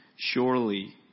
Surely